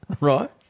right